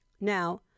Now